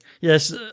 yes